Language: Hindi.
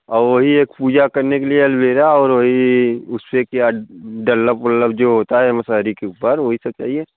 औ वही एक पूजा करने के लिए अल्मीरा और वही उस पर क्या डल्लब ओल्लभ जो होता है मसहरी के ऊपर वही सब चाहिए